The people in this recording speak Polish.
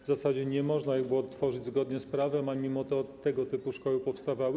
W zasadzie nie można ich było tworzyć zgodnie z prawe, a mimo to tego typu szkoły powstawały.